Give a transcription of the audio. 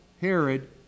Herod